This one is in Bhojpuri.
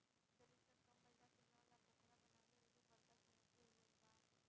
जल स्तर कम भइला से नल आ पोखरा बनावल एगो बड़का चुनौती हो गइल बा